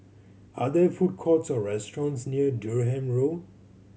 are there food courts or restaurants near Durham Road